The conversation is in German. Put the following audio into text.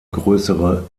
größere